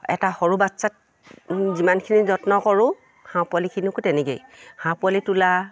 এটা সৰু বাচ্ছাক যিমানখিনি যত্ন কৰোঁ হাঁহ পোৱালিখিনিকো তেনেকেই হাঁহ পোৱালি তোলা